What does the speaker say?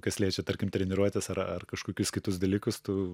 kas liečia tarkim treniruotes ar ar kažkokius kitus dalykus tu